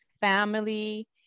family